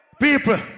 People